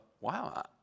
wow